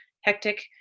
hectic